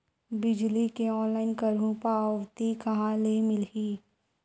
बिजली के ऑनलाइन करहु पावती कहां ले मिलही?